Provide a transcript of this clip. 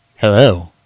hello